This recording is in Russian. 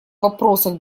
вопросах